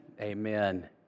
Amen